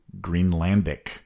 Greenlandic